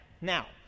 Now